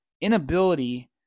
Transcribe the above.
inability